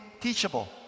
teachable